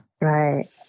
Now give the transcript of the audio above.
Right